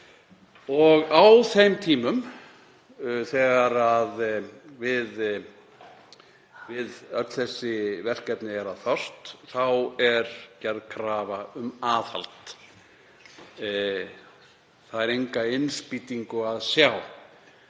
og á þeim tímum þegar við öll þessi verkefni er að fást er gerð krafa um aðhald. Það er enga innspýtingu að sjá.